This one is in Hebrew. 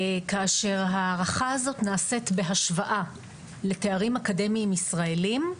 כאשר ההערכה הזאת נעשית בהשוואה לתארים אקדמיים ישראלים,